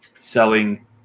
selling